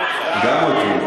גם אותי.